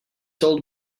told